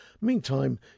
Meantime